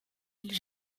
îles